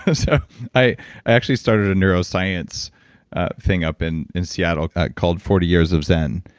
ah so i actually started a neuroscience thing up in in seattle called forty years of zen,